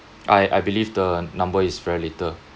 I I believe the number is very little